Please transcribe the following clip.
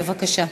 בבקשה.